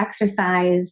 exercise